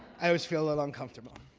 i always feel a little uncomfortable.